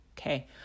Okay